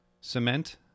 cement